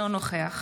אינו נוכח